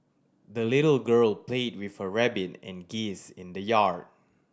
the little girl played with her rabbit and geese in the yard